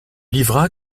livra